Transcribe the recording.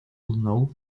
know